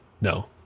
No